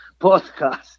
podcast